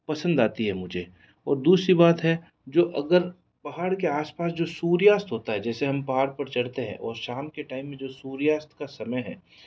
पसंद आती है मुझे और दूसरी बात है जो अगर पहाड़ के आस पास जो सूर्यास्त होता है जैसे हम पहाड़ पर चढ़ते है और शाम के टाइम में जो सूर्यास्त का समय है